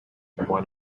one